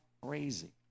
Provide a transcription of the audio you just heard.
crazy